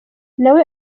nawe